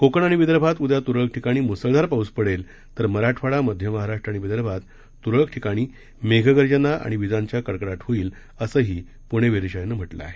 कोकण आणि विदर्भात उदया तुरळक ठिकाणी मुसळधार पाऊस पडेलतर मराठवाडामध्य महाराष्ट्र आणि विदर्भात तूरळक ठिकाणी उद्या मेघगर्जना आणि विजांचा कडकडाट होईल असंही प्णे वेधशाळेनं म्हटलं आहे